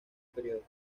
periodo